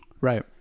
Right